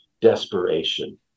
desperation